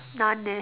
none eh